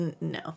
No